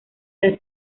las